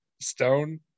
Stone